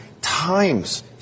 times